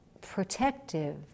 protective